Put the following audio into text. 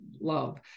love